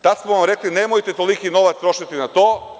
Tada smo vam rekli, nemojte toliki novac trošiti na to.